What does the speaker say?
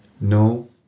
no